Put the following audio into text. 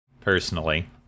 personally